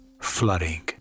Flooding